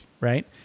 Right